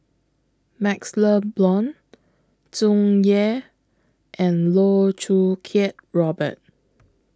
MaxLe Blond Tsung Yeh and Loh Choo Kiat Robert